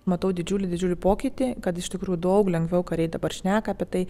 matau didžiulį didžiulį pokytį kad iš tikrųjų daug lengviau kariai dabar šneka apie tai